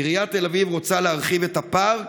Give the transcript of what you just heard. עיריית תל אביב רוצה להרחיב את הפארק?